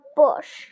bush